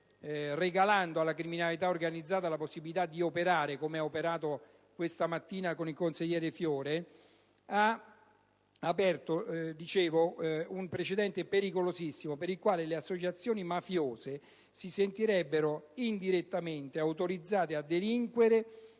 regalando alla criminalità organizzata la possibilità di operare, come ha fatto questa mattina con Fiore, si è aperto un precedente pericolosissimo, per il quale le associazioni mafiose si sentirebbero indirettamente autorizzate a delinquere